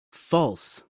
false